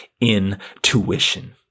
intuition